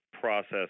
process